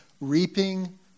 reaping